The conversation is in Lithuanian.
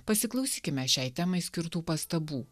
pasiklausykime šiai temai skirtų pastabų